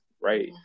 right